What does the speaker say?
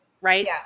right